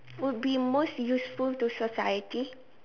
would be most useful to society